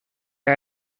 are